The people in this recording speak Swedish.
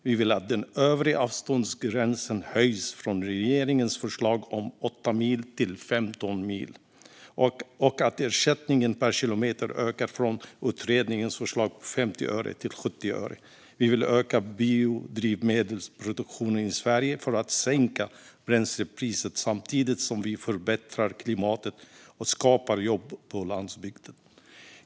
Vi vill att den övre avståndsgränsen höjs från regeringens förslag på 8 mil till 15 mil och att ersättningen per kilometer ökar från utredningens förslag på 50 öre till 70 öre. Vi vill öka biodrivmedelsproduktionen i Sverige för att sänka bränslepriset, samtidigt som vi förbättrar klimatet och skapar jobb på landsbygden.